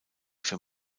für